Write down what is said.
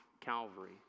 Calvary